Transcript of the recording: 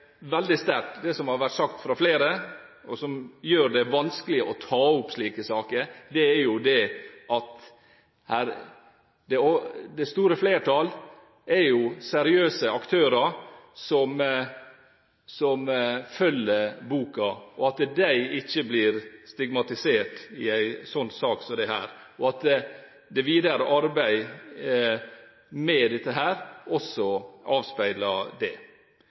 har vært sagt av flere – og som gjør det vanskelig å ta opp slike saker – at det store flertall, som jo er seriøse aktører som følger boka, ikke blir stigmatisert i en sak som denne, og at det videre arbeid med dette også avspeiler det.